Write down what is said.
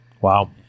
Wow